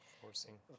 forcing